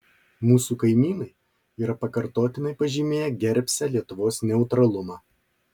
mūsų kaimynai yra pakartotinai pažymėję gerbsią lietuvos neutralumą